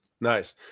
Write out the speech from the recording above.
Nice